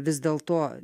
vis dėl to